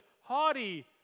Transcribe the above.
haughty